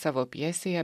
savo pjesėje